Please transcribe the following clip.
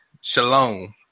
Shalom